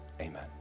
amen